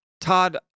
Todd